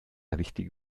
richtig